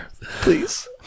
please